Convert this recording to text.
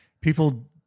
people